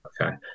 okay